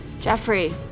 Jeffrey